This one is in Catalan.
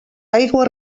aigües